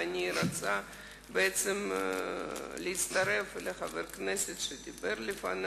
ואני רוצה בעצם להצטרף לחבר הכנסת שדיבר לפני